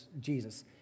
Jesus